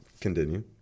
continue